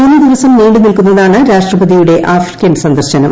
മൂന്ന് ദിവസം നീണ്ടു നിൽക്കുന്നതാണ് രാഷ്ട്രപതിയുടെ ആഫ്രിക്കൻ സന്ദർശനം